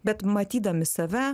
bet matydami save